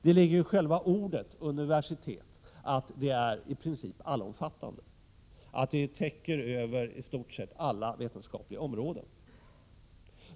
Det ligger i själva ordet ”universitet” att det är i princip allomfattande, att det täcker över i stort sett alla vetenskapliga områden.